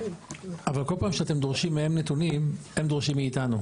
אבל כל פעם שאתם דורשים מהם נתונים הם דורשים מאיתנו,